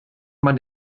man